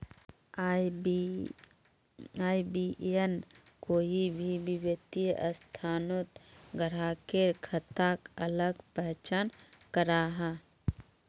IBAN कोई भी वित्तिय संस्थानोत ग्राह्केर खाताक अलग पहचान कराहा